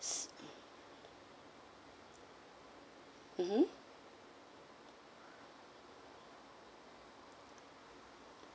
s~ mmhmm